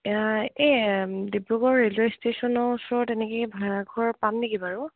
এই ডিব্ৰুগড় ৰেলৱে' ষ্টেচনৰ ওচৰত এনেকে ভাড়া ঘৰ পাম নেকি বাৰু